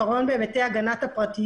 יוצרים בעיה בכל מה שקשור להגנת הפרטיות.